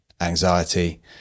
anxiety